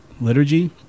liturgy